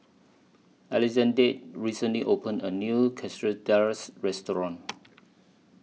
Alexande recently opened A New Quesadillas Restaurant